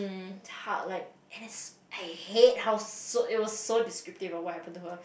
like it's I hate how so it was so descriptive of what happened to her